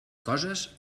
coses